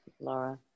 Laura